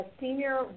senior